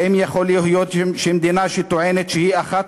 האם יכול להיות שמדינה שטוענת שהיא אחת